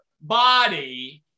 body